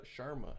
Sharma